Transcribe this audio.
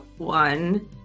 one